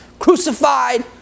crucified